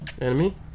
Enemy